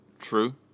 True